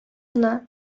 гына